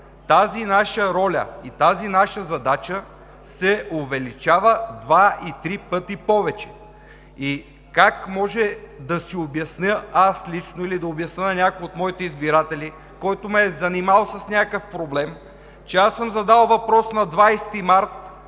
тази наша роля и тази наша задача се увеличават два, три пъти повече. Как може да си обясня аз лично или да обясня на някой от моите избиратели, който ме е занимавал с някакъв проблем, че аз съм задал въпрос на 20 март,